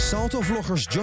Salto-vloggers